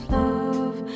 love